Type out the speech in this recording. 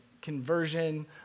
conversion